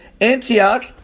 Antioch